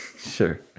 Sure